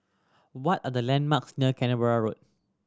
what are the landmarks near Canberra Road